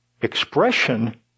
expression